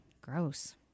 gross